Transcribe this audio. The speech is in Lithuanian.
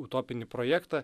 utopinį projektą